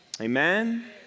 Amen